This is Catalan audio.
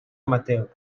amateur